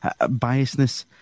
biasness